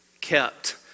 kept